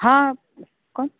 હા કોણ